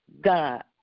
God